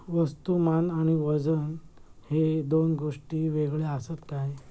वस्तुमान आणि वजन हे दोन गोष्टी वेगळे आसत काय?